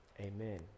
amen